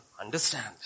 Understand